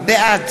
בעד